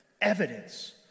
evidence